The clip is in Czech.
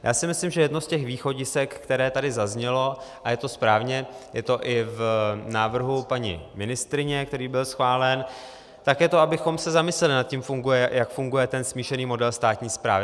Já si myslím, že jedno z těch východisek, které tady zaznělo a je to správně, je to i v návrhu paní ministryně, který byl schválen , je to, abychom se zamysleli nad tím, jak funguje smíšený model státní správy.